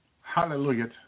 Hallelujah